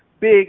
big